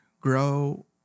grow